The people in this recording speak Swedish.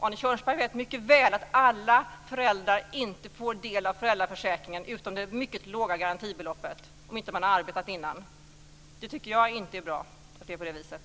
Arne Kjörnsberg vet mycket väl att alla föräldrar inte får del av föräldraförsäkringen förutom det mycket låga garantibeloppet, om man inte har arbetat innan. Jag tycker inte att det är bra att det är på det viset.